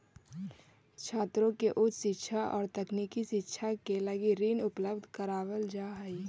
छात्रों के उच्च शिक्षा औउर तकनीकी शिक्षा के लगी ऋण उपलब्ध करावल जाऽ हई